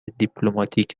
دیپلماتیک